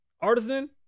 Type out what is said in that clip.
artisan